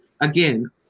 again